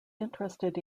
interested